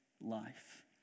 life